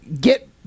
get